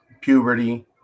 puberty